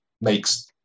makes